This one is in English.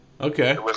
Okay